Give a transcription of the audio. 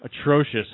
Atrocious